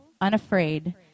unafraid